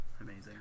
amazing